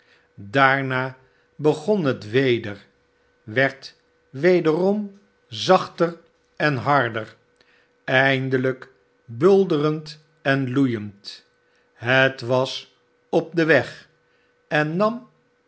daarna begon het weder werd wederom zachter en harder emdehjk bulderend en loeiend het was op den weg en a